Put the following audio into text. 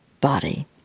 body